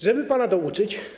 Żeby pana douczyć.